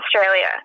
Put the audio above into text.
Australia